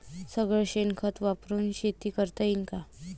सगळं शेन खत वापरुन शेती करता येईन का?